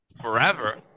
forever